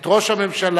את ראש הממשלה,